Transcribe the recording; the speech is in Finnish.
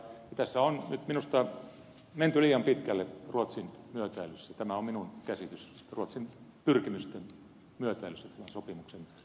tässä on nyt minusta menty liian pitkälle ruotsin myötäilyssä tämä on minun käsitykseni ruotsin pyrkimysten myötäilyssä tämän sopimuksen neuvotteluvaiheessa